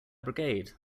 brigade